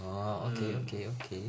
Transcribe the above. hmm